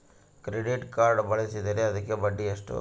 Credit card ಬಳಸಿದ್ರೇ ಅದಕ್ಕ ಬಡ್ಡಿ ಎಷ್ಟು?